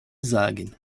sagen